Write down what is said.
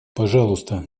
пожалуйста